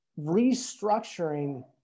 restructuring